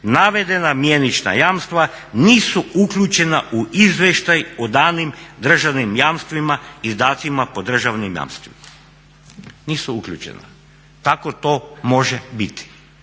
Navedena mjenična jamstva nisu uključena u izvještaj o danim državnim jamstvima, izdacima po državnim jamstvima, nisu uključena. Tako to može biti